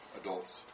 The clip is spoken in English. adults